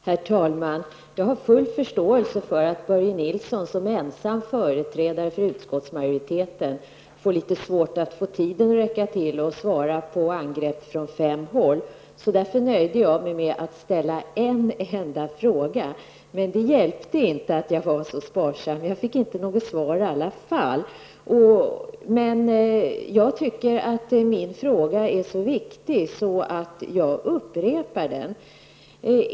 Herr talman! Jag har full förståelse för att Börje Nilsson som ensam företrädare för utskottsmajoriteten har litet svårt att få tiden att räcka till för att svara på angrepp från fem håll. Därför nöjde jag mig med att ställa en enda fråga, men det hjälpte inte att jag var så sparsam. Jag fick inte något svar i alla fall. Men jag tycker att min fråga är så viktig att jag upprepar den.